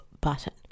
button